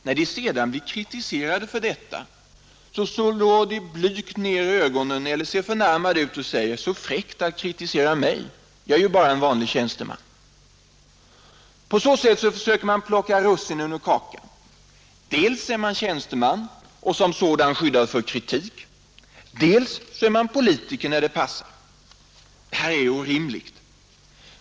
När de sedan blir kritiserade för detta slår de blygt ned ögonen eller ser förnärmade ut och säger: Så fräckt att kritisera mig — jag är ju bara en vanlig tjänsteman! På så sätt försöker man plocka russinen ur kakan. Dels är man tjänsteman och som sådan skyddad för kritik, dels är man politiker när det passar, Detta är orimligt.